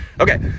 Okay